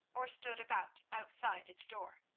or stood about outside its door.